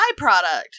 byproduct